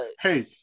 Hey